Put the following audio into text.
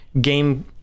game